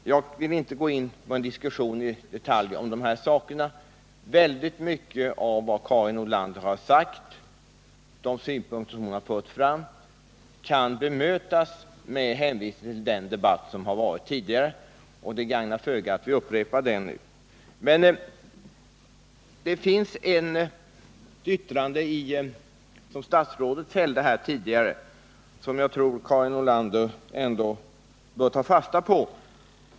Jag vill inte gå in på en diskussion i detalj om de här frågorna. Väldigt mycket av vad Karin Nordlander sagt kan bemötas med hänvisning till den debatt som förts tidigare, och det gagnar föga att upprepa den nu. Men det finns ett yttrande som statsrådet fällde här tidigare som jag tror att Karin Nordlander ändå bör ta fasta på.